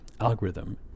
algorithm